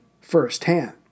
firsthand